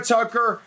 Tucker